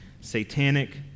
satanic